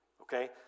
okay